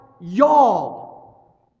y'all